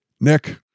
Nick